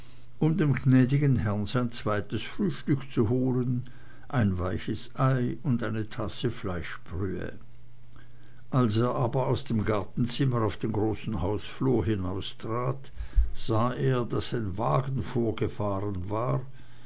um dem gnäd'gen herrn sein zweites frühstück zu holen ein weiches ei und eine tasse fleischbrühe als er aber aus dem gartenzimmer auf den großen hausflur hinaustrat sah er daß ein wagen vorgefahren war